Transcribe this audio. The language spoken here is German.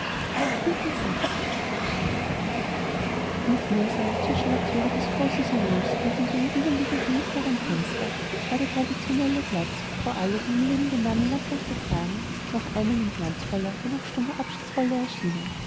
im flursaal zwischen der thüre des großen salons und dem gegenüberliegenden mittleren fenster war der traditionelle platz wo alle die im leben den namen lamprecht getragen noch einmal in glanzvoller wenn auch stummer abschiedsrolle erschienen